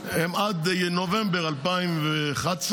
הם עד נובמבר 2024,